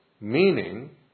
Meaning